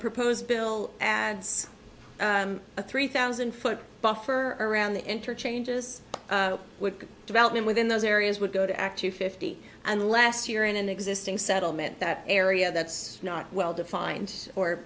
proposed bill adds a three thousand foot buffer around the interchanges with development within those areas would go to act two fifty and last year in an existing settlement that area that's not well defined or